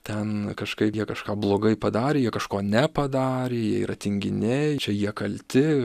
ten kažkaip kažką blogai padarė jie kažko nepadarė jie yra tinginiai čia jie kalti